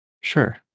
Sure